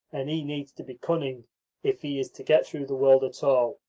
and he needs to be cunning if he is to get through the world at all.